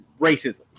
racism